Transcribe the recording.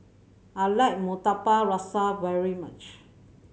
I like Murtabak Rusa very much